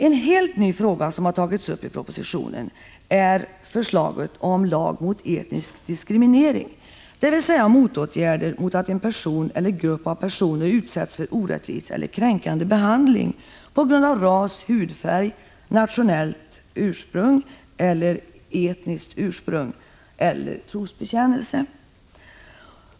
En helt ny fråga som tagits upp i propositionen är förslaget om lag mot etnisk diskriminering, dvs. motåtgärder mot att en person eller en grupp av personer utsätts för orättvis eller kränkande behandling på grund av ras, hudfärg, etniskt ursprung eller trosbekännelse.